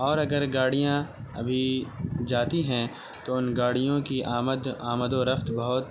اور اگر گاڑیاں ابھی جاتی ہیں تو ان گاڑیوں کی آمد آمد و رفت بہت